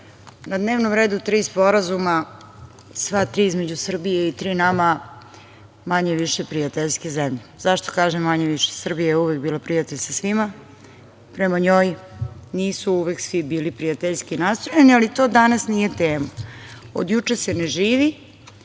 na dnevnom redu tri sporazuma, sva tri između Srbije i tri nama manje-više prijateljske zemlje. Zašto kažem manje-više? Srbija je uvek bila prijatelj sa svima, prema njoj nisu uvek svi bili prijateljski nastrojeni, ali to danas nije tema. Od juče se ne živi,